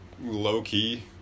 low-key